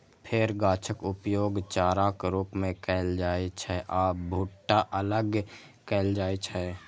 फेर गाछक उपयोग चाराक रूप मे कैल जाइ छै आ भुट्टा अलग कैल जाइ छै